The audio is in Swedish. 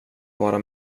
vara